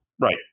Right